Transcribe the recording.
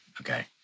Okay